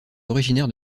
originaires